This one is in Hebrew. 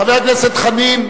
חבר הכנסת חנין.